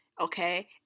Okay